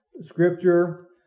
Scripture